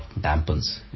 dampens